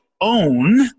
own